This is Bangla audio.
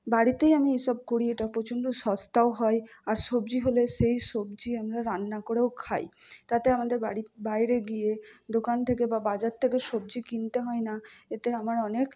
বাড়িতেই আমি এসব করি এইটা প্রচণ্ড সস্তাও হয় আর সবজি হলে সেই সবজি আমরা রান্না করেও খাই তাতে আমাদের বাড়ির বাইরে গিয়ে দোকান থেকে বা বাজার থেকে সবজি কিনতে হয় না এতে আমার অনেক